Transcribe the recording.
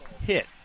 hit